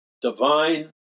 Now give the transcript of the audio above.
divine